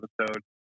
episode